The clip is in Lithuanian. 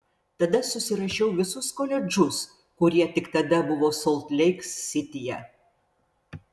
tada susirašiau visus koledžus kurie tik tada buvo solt leik sityje